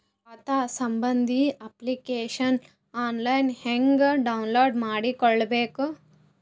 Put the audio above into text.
ಖಾತಾ ಸಂಬಂಧಿ application online ಹೆಂಗ್ ಡೌನ್ಲೋಡ್ ಮಾಡಿಕೊಳ್ಳಬೇಕು?